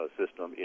system